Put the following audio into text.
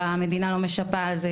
והמדינה לא משפה על זה.